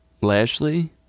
Lashley